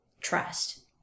trust